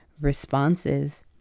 responses